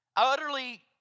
Utterly